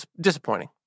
Disappointing